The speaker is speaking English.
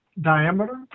diameter